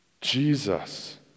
Jesus